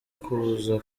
kuza